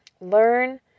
Learn